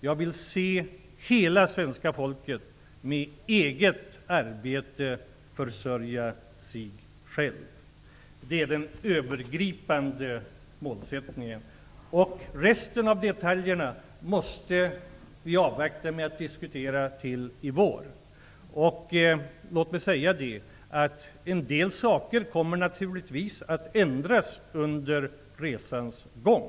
Jag vill se hela svenska folket försörja sig med eget arbete. Det är den övergripande målsättningen. Resten av detaljerna måste vi avvakta med att diskutera till i vår. Låt mig säga att en del naturligtvis kommer att ändras under resans gång.